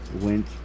went